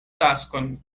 taskon